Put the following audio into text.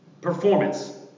performance